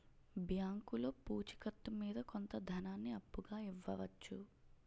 బ్యాంకులో పూచి కత్తు మీద కొంత ధనాన్ని అప్పుగా ఇవ్వవచ్చు